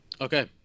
Okay